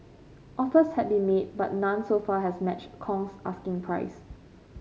offers have been made but none so far has matched Kong's asking price